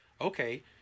Okay